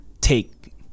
Take